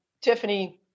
Tiffany